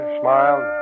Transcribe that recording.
smiled